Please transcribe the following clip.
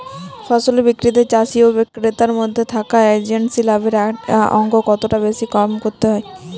ফসলের বিক্রিতে চাষী ও ক্রেতার মধ্যে থাকা এজেন্টদের লাভের অঙ্ক কতটা বেশি বা কম হয়?